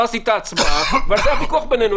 לא עשית הצבעה, ועל זה הוויכוח בינינו.